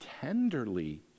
tenderly